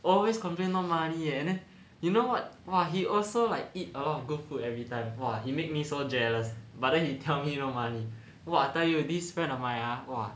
always complain no money and then you know what !wah! he also like eat a lot of good food everytime !wah! he make me so jealous but then he tell me no money !wah! I tell you this friend of mine ah !wah!